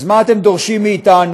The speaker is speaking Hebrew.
אז מה אתם דורשים מאתנו,